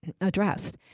addressed